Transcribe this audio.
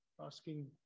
asking